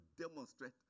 demonstrate